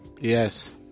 yes